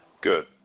Good